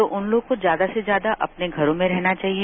तो उन लोग को ज्यादा से ज्यादा अपने घरों में रहना चाहिए